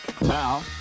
now